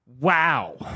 Wow